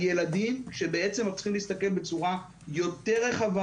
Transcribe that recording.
הילדים כשבעצם אנחנו צריכים להסתכל בצורה יותר רחבה.